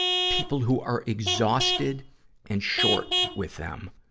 people who are exhausted and short with them,